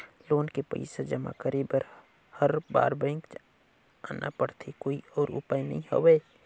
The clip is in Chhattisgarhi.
लोन के पईसा जमा करे बर हर बार बैंक आना पड़थे कोई अउ उपाय नइ हवय?